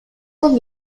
con